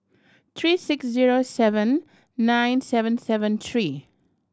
three six zero seven nine seven seven three